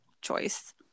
choice